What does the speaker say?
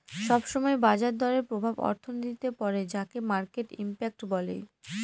সব সময় বাজার দরের প্রভাব অর্থনীতিতে পড়ে যাকে মার্কেট ইমপ্যাক্ট বলে